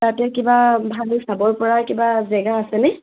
তাতে কিবা ভাল চাবৰ পৰা কিবা জেগা আছেনে